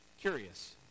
curious